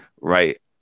right